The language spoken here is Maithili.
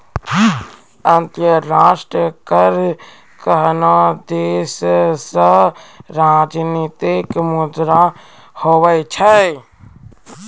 अंतर्राष्ट्रीय कर कोनोह देसो रो राजनितिक मुद्दा हुवै छै